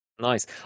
Nice